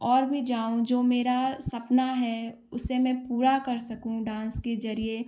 और भी जाऊँ जो मेरा सपना है उसे मैं पूरा कर सकूँ डांस के जरिये